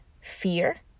fear